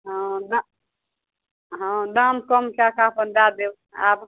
हँ नऽ हँ दाम कम कए कऽ अपन दए देब आबू